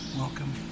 Welcome